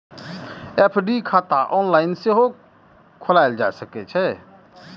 FD खाता online सेहो खोलाएल जा सकै छै